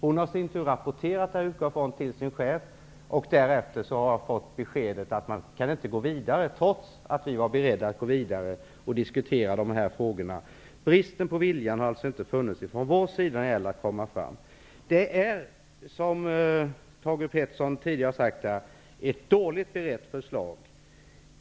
Hon har i sin tur rapporterat till sin chef, och därefter har jag fått beskedet att man inte kan gå vidare, trots att vi var beredda att diskutera dessa frågor. Bristen på vilja har alltså inte funnits hos oss. Som Thage G Peterson sade tidigare är det här ett dåligt berett förslag.